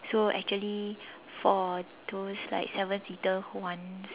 so actually for those like seven seater who wants